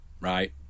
right